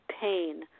pain